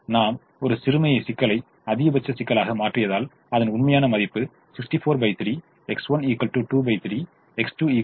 நாம் ஒரு சிறுமை சிக்கலை அதிகபட்ச சிக்கலாக மாற்றியதால் அதன் உண்மையான மதிப்பு 643 X1 23 X2 103 643 ஆகும்